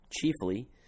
chiefly